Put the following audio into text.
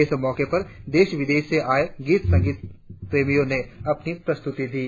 इस मौके पर देश विदेश से आए गीत संगीत प्रेमियों ने अपनी प्रस्तुति दी